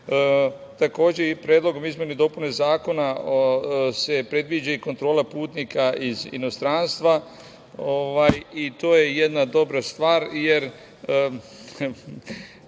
Predlogom izmena i dopuna Zakona se predviđa i kontrola putnika iz inostranstva i to je jedna dobra stvar,